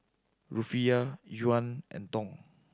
Rufiyaa Yuan and Dong